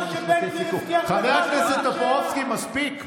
חבר הכנסת טופורובסקי, מספיק.